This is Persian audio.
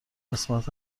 قسمت